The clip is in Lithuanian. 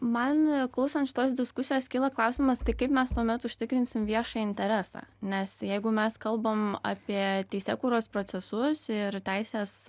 man klausant šitos diskusijos kyla klausimas tai kaip mes tuomet užtikrinsim viešą interesą nes jeigu mes kalbam apie teisėkūros procesus ir teisės